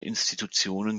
institutionen